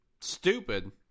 Stupid